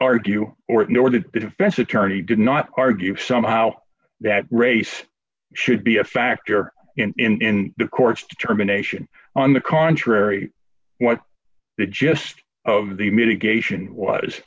argue or nor did the defense attorney did not argue somehow that race should be a factor in the court's determination on the contrary what the gist of the